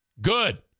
good